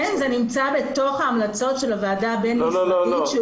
כן, זה נמצא בתוך ההמלצות של הוועדה הבין משרדית.